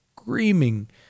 screaming